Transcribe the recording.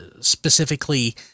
specifically